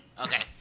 Okay